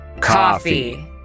Coffee